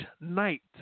night